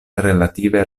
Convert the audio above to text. relative